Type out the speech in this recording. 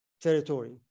territory